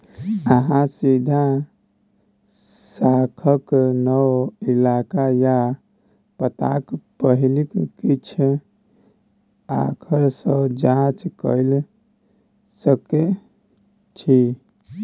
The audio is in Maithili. अहाँ सीधा शाखाक नाओ, इलाका या पताक पहिल किछ आखर सँ जाँच कए सकै छी